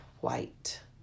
white